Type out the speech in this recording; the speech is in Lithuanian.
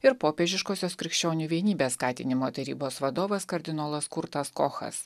ir popiežiškosios krikščionių vienybės skatinimo tarybos vadovas kardinolas kurtas kochas